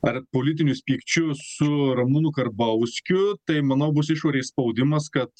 ar politinius pykčius su ramūnu karbauskiu tai manau bus išorės spaudimas kad